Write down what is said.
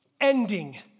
Ending